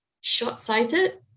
short-sighted